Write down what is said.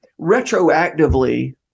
retroactively